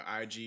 ig